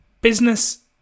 business